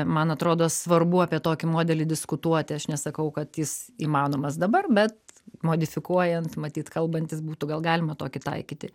man atrodo svarbu apie tokį modelį diskutuoti aš nesakau kad jis įmanomas dabar bet modifikuojant matyt kalbantis būtų gal galima tokį taikyti